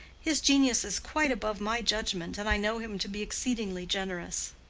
his genius is quite above my judgment, and i know him to be exceedingly generous.